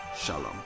shalom